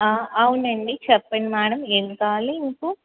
అవునండి చెప్పండి మ్యాడమ్ ఏమి కావాలి మీకు